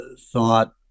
thought